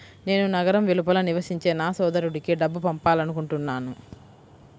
నేను నగరం వెలుపల నివసించే నా సోదరుడికి డబ్బు పంపాలనుకుంటున్నాను